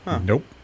Nope